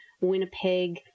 Winnipeg